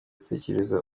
tekereza